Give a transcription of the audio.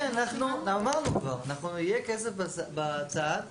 אנחנו אמרנו, יהיה כסף בצד.